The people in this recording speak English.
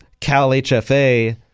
CalHFA